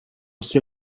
jsi